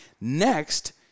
Next